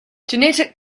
genetic